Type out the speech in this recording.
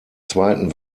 zweiten